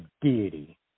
deity